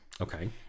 Okay